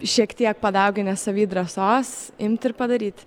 šiek tiek padauginęs savy drąsos imti ir padaryt